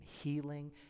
healing